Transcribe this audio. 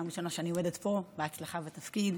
זאת הפעם הראשונה שאני עומדת פה, בהצלחה בתפקיד.